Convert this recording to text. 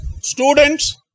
Students